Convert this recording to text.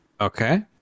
Okay